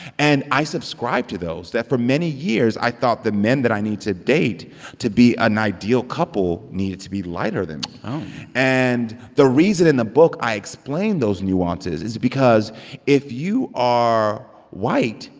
and i subscribed to those that for many years, i thought the men that i need to date to be an ideal couple needed to be lighter and the reason in the book i explain those nuances is because if you are white,